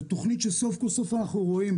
ותכנית שסוף כל סוף אנחנו רואים,